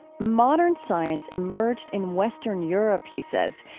modern science emerged in western europe, he says,